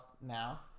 now